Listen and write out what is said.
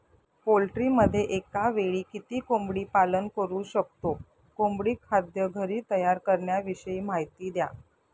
पोल्ट्रीमध्ये एकावेळी किती कोंबडी पालन करु शकतो? कोंबडी खाद्य घरी तयार करण्याविषयी माहिती द्या